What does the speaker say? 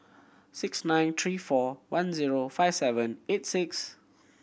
six nine three four one zero five seven eight six